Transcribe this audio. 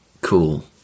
cool